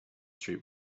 street